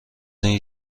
این